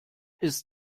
ist